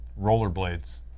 rollerblades